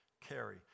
carry